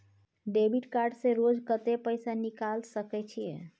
Debit card से रोज कत्ते पैसा निकाल सके छिये?